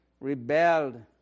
rebelled